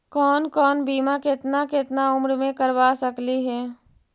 कौन कौन बिमा केतना केतना उम्र मे करबा सकली हे?